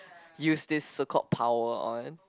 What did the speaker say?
use this so called power on